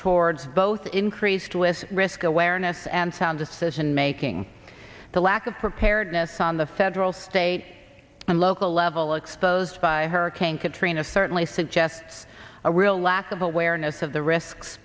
towards both increased with risk awareness and sound decision making the lack of preparedness on the federal state and local level exposed by hurricane katrina certainly suggests a real lack of awareness of the risks